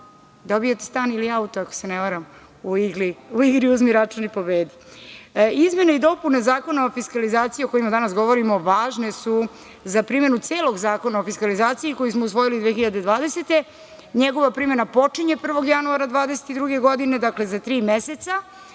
dobijete stan ili auto, ako se ne varam, u igri „Uzmi račun i pobedi“.Izmene i dopune Zakona o fiskalizaciji o kojima danas govorimo važne su za primenu celog Zakona o fiskalizaciji koji smo usvojili 2020. godine. Njegova primena počinje 1. januara 2022. godine, dakle za tri meseca